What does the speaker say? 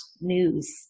news